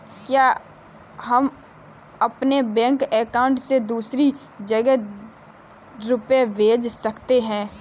क्या हम अपने बैंक अकाउंट से दूसरी जगह रुपये भेज सकते हैं?